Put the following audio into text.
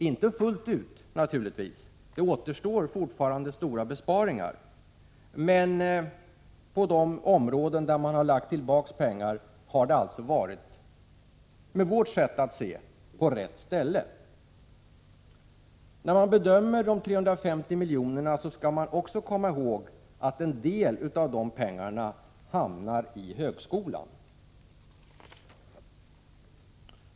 Inte fullt ut naturligtvis, det återstår fortfarande stora besparingar. Men man har, enligt vårt sätt att se, lagt tillbaka pengar på rätt ställe. När man bedömer överenskommelsen om de 350 miljonerna skall man dock komma ihåg att en del av de pengarna hamnar i högskolan.